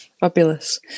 fabulous